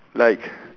like